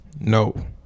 No